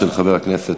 של חבר הכנסת